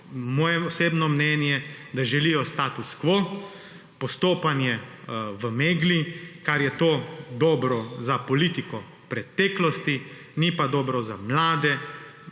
moje osebno mnenje, da želijo status quo, postopanje v megli, kar je to dobro za politiko preteklosti, ni pa dobro za mlade,